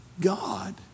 God